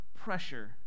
pressure